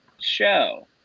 show